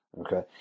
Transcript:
okay